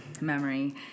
memory